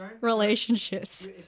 relationships